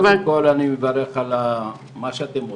קודם כול אני מברך על מה שאתם עושים,